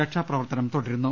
രക്ഷാപ്രവർത്തനം തുടരുന്നു